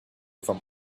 from